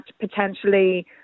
potentially